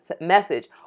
message